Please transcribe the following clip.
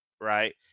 Right